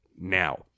now